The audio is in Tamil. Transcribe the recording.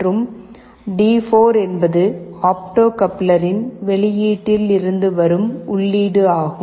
மற்றும் டி4 என்பது ஆப்டோ கப்ளரின் வெளியீட்டில் இருந்து வரும் உள்ளீடாகும்